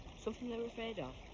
something they're afraid of.